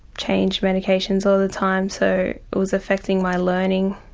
change medications all the time so it was affecting my learning.